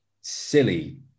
silly